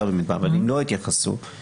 בי מאוד מאוד חשוב להבין את הנושא החוקי,